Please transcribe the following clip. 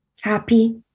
happy